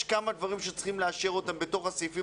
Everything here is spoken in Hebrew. יש כמה דברים שצריכים לאשר בתוך הסעיפים